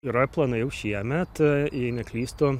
yra planai jau šiemet jei neklystu